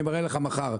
אני מראה לך מחר,